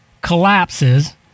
collapses